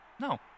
No